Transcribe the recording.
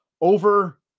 over